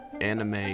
anime